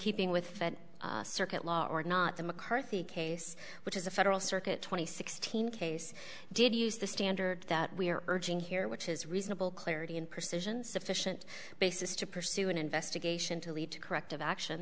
keeping with circuit law or not the mccarthy case which is a federal circuit twenty sixteen case did use the standard that we are urging here which is reasonable clarity and precision sufficient basis to pursue an investigation to lead to corrective action